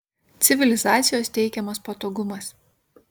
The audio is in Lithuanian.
civilizacijos teikiamas patogumas